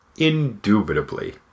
Indubitably